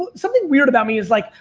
something weird about me is like,